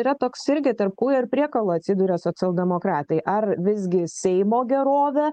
yra toks irgi tarp kūjo ir priekalo atsiduria socialdemokratai ar visgi seimo gerovė